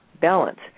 balance